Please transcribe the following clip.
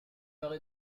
heures